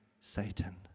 Satan